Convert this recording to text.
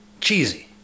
cheesy